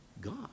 God